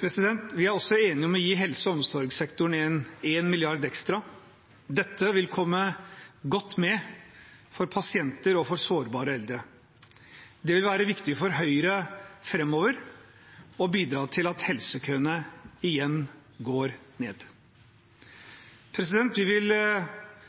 Vi er også enige om å gi helse- og omsorgssektoren 1 mrd. kr ekstra. Dette vil komme godt med for pasienter og sårbare eldre. Det vil være viktig for Høyre framover å bidra til at helsekøene igjen går ned. Vi vil